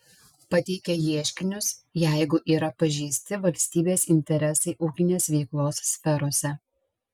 pateikia ieškinius jeigu yra pažeisti valstybės interesai ūkinės veiklos sferose